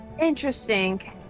Interesting